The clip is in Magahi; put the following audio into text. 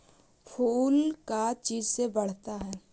फूल का चीज से बढ़ता है?